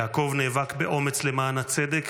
יעקב נאבק באומץ למען הצדק,